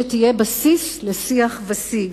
שתהיה בסיס לשיח ושיג?